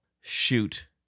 shoot